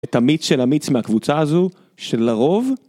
את המיץ של המיץ מהקבוצה הזו שלרוב.